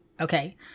okay